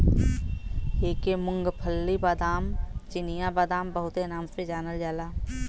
एके मूंग्फल्ली, बादाम, चिनिया बादाम बहुते नाम से जानल जाला